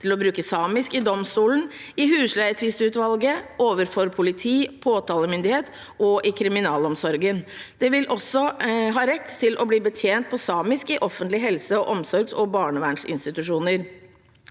til å bruke samisk i domstolen, i husleietvistutvalget, overfor politi og påtalemyndighet og i kriminalomsorgen. De vil også ha rett til å bli betjent på samisk i offentlige helse- og omsorgsinstitusjoner og barnevernsinstitusjoner.